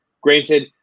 Granted